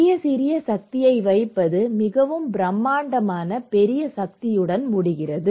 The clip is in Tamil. சிறிய சிறிய சக்தியை வைப்பது மிகவும் பிரமாண்டமான பெரிய சக்தியுடன் முடிகிறது